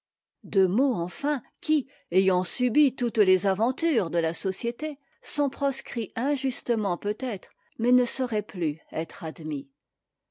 de mots enfin qui ayant subi tou tes les aventures de la société sont proscrits injustement peut-être mais ne sauraient plus être admis